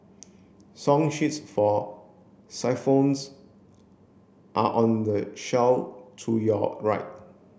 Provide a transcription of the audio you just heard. song sheets for are on the shelf to your right